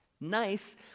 Nice